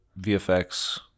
VFX